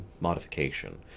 modification